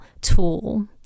tool